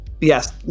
yes